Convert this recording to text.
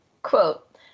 Quote